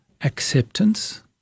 acceptance